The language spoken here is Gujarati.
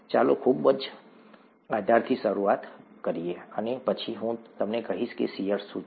ચાલો ખૂબ જ આધારથી શરૂઆત કરીએ અને પછી હું તમને કહીશ કે શીયર શું છે